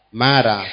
mara